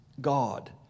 God